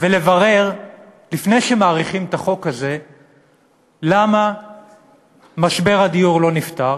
ולברר לפני שמאריכים את החוק הזה למה משבר הדיור לא נפתר